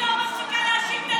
היא לא מפסיקה להאשים את הליכוד.